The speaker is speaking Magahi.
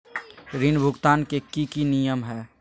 ऋण भुगतान के की की नियम है?